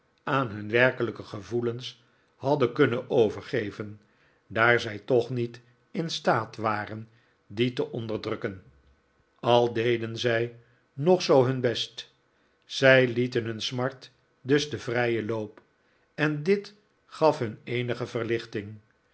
aan hun werkelijke gevoelens hadden kunnen overgeven daar zij nikolaas nickleby toch niet in staat waren die te onderdrukken al deden zij ook nog zoo hun best zij lieten hun smart dus den vrijen loop en dit gaf hun eenige verlichting